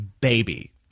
baby